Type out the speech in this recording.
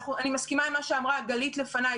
אני מסכימה עם מה שאמרה גלית לפניי.